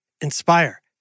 Inspire